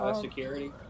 security